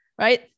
Right